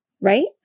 Right